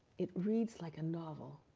it reads like a novel.